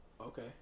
okay